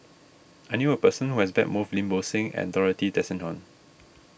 I knew a person who has met both Lim Bo Seng and Dorothy Tessensohn